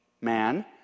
man